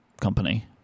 company